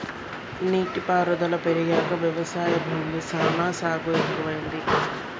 నీటి పారుదల పెరిగాక వ్యవసాయ భూమి సానా సాగు ఎక్కువైంది